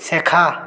শেখা